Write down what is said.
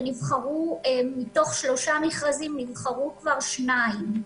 ומתוך שלושה מכרזים נבחרו כבר שניים.